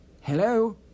Hello